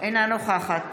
אינה נוכחת